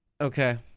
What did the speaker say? Okay